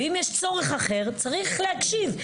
ואם יש צורך אחר, צריך להקשיב.